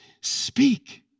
speak